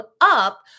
up